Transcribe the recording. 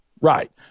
Right